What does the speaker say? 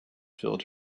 filled